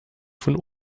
von